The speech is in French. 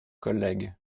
collègue